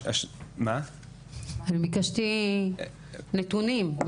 אני ביקשתי נתונים.